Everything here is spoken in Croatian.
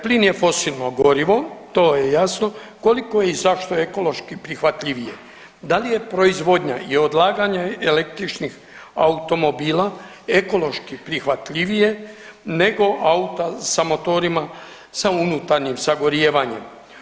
Plin je fosilno gorivo, to je jasno, koliko je i zašto ekološki prihvatljivije, da li je proizvodanja i odlaganje električnih automobila ekološki prihvatljivije nego auta sa motorima sa unutarnjim sagorijevanjem?